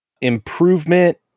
Improvement